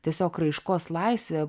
tiesiog raiškos laisvė